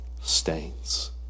stains